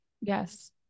yes